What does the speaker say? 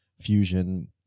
fusion